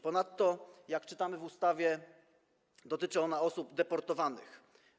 Ponadto, jak czytamy w ustawie, dotyczy ona osób deportowanych.